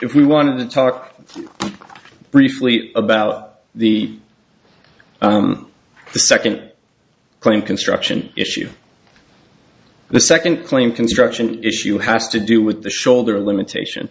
if we want to talk briefly about the the second claim construction issue the second claim construction issue has to do with the shoulder a limitation